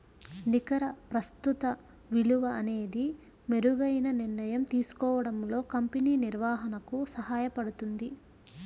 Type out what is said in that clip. నికర ప్రస్తుత విలువ అనేది మెరుగైన నిర్ణయం తీసుకోవడంలో కంపెనీ నిర్వహణకు సహాయపడుతుంది